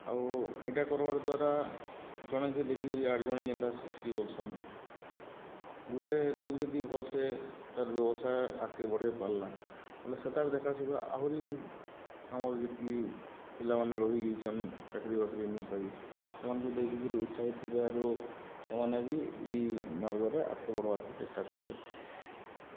ଆଉ ଏଇଟା କର୍ବାର୍ ଦ୍ୱାରା ଜଣେକେ ଦେଖିକରି ଆଠ ଜଣେ ଯେନ୍ତା ଶିଖ୍ସି ବୋଲ୍ସନ୍ ଗୁଟେ ଲୋକ ଯଦି ଭଲସେ ତାର୍ ବ୍ୟବସାୟ ଆଗକେ ବଢ଼େଇ ପାରିଲା ବଲେ ସେ ତାର୍ ଦେଖା ସୁଖା ଆହୁରି ବି ଆମର ଯେତିକି ପିଲାମାନେ ରହିଯାଇଛନ୍ ଚାକିରି ବାକିରି ନି ପାଇ ସେମାନଙ୍କୁ ଦେଖିକରି ଉତ୍ସାହିତ ହେବେ ଆରୁ ସେମାନେ ବି ଏଇ ମାର୍ଗରେ ଆଗ୍କେ ବଢ଼ବାର୍କେ ଚେଷ୍ଟା କରବେ